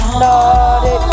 naughty